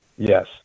yes